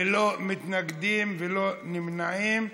ללא מתנגדים וללא נמנעים.